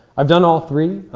i've done all three.